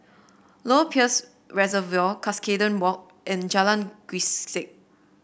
Lower Peirce Reservoir Cuscaden Walk and Jalan Grisek